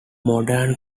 modern